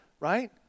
right